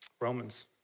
Romans